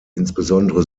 insbesondere